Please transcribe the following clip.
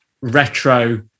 retro